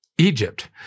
Egypt